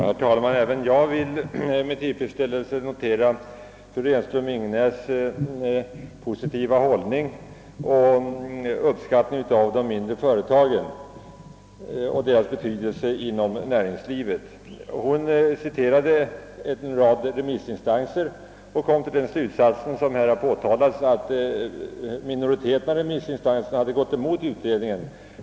Herr talman! Även jag vill med tillfredsställelse notera fru Renström-Ingenäs” positiva hållning till och uppskattning av de mindre företagens betydelse inom näringslivet. Hon citerade en rad remissinstanser och drog den slutsats som här har påtalats, nämligen att majoriteten av remissinstanserna hade gått emot utredningen.